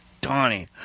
Donnie